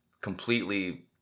completely